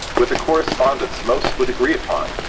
with a correspondence most would agree upon.